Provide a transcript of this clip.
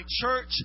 church